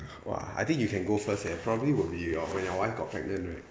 !wah! I think you can go first eh probably would be your when your wife got pregnant right